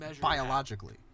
biologically